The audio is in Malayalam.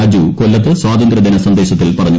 രാജു കൊല്ലത്ത് സ്വാതന്ത്ര്യദിന സന്ദേശത്തിൽ പറഞ്ഞു